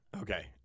Okay